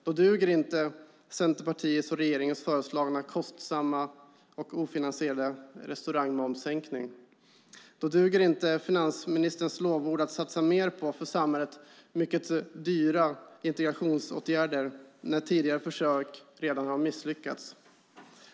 Då duger inte Centerpartiets och regeringens föreslagna kostsamma och ofinansierade restaurangmomssänkning. Då duger inte finansministerns lovord om att satsa än mer på för samhället mycket dyra integrationsåtgärder, när tidigare försök redan har misslyckats.